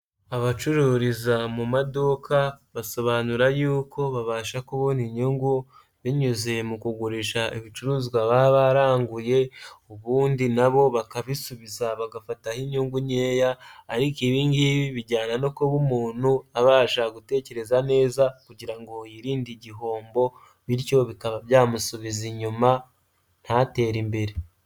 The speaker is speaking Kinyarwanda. Abacururiza mu maduka basobanura yuko babasha kubona inyungu binyuze mu kugurisha ibicuruzwa baba baranguye ubundi nabo bakabisubiza bagafataho inyungu nkeya, ariko ibingibi bijyana no kuba umuntu abasha gutekereza neza kugira ngo yirinde igihombo, bityo bikaba byamusubiza inyuma ntatere imbere.